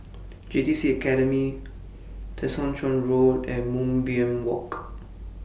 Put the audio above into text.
J T C Academy Tessensohn Road and Moonbeam Walk